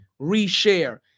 reshare